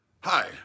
Hi